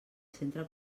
centre